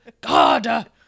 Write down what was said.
god